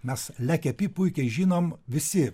mes le kepi puikiai žinom visi